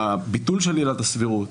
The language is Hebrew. הביטול של עילת הסבירות